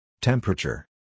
Temperature